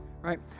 right